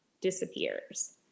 disappears